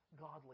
godly